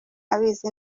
abizi